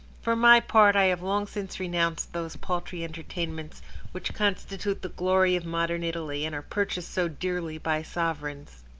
for my part i have long since renounced those paltry entertainments which constitute the glory of modern italy, and are purchased so dearly by sovereigns.